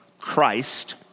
Christ